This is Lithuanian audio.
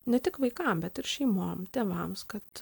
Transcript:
ne tik vaikam bet ir šeimom tėvams kad